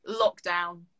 lockdown